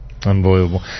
Unbelievable